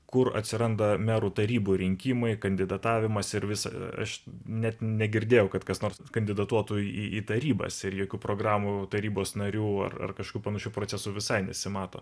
kur atsiranda merų tarybų rinkimai kandidatavimas ir visa aš net negirdėjau kad kas nors kandidatuotų į į tarybas ir jokių programų tarybos narių ar ar kažkokų panašių procesų visai nesimato